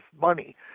money